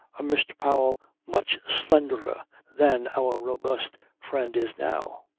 a mr. powell, much slenderer than our robust friend is now,